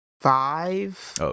five